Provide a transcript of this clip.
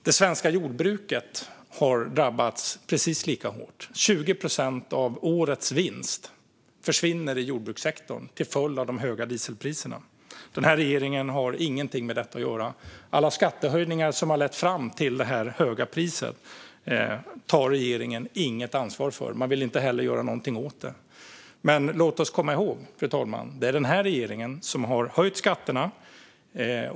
Det svenska jordbruket har drabbats precis lika hårt. 20 procent av årets vinst försvinner i jordbrukssektorn till följd av de höga dieselpriserna. Men den här regeringen har ingenting med detta att göra. Alla skattehöjningar som har lett fram till det höga priset tar regeringen inget ansvar för, och man vill inte heller göra någonting åt det. Men låt oss komma ihåg, fru talman, att det är den här regeringen som har höjt skatterna.